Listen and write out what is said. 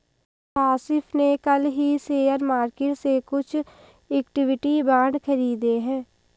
काशिफ़ ने कल ही शेयर मार्केट से कुछ इक्विटी बांड खरीदे है